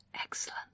Excellent